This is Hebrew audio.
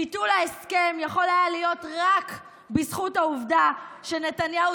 ביטול ההסכם יכול היה להיות רק בזכות העובדה שנתניהו